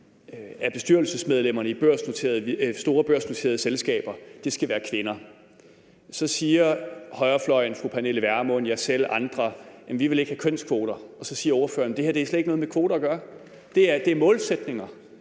af bestyrelsesmedlemmerne i store børsnoterede selskaber skal være kvinder. Så siger højrefløjen, fru Pernille Vermund, jeg selv og andre, at vi ikke vil have kønskvoter. Så siger ordføreren, at det her slet ikke har noget med kvoter at gøre, at det her er målsætninger.